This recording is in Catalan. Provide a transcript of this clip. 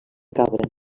cabra